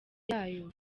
yayo